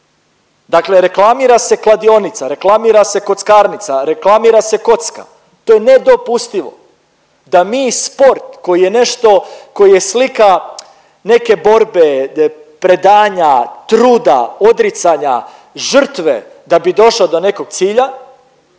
dakle reklamira se kladionica, reklamira se kockarnica, reklamira se kocka. To je nedopustivo da mi sport koji je nešto, koji je slika neke borbe, predanja, truda, odricanja, žrtve da bi došao do nekog cilja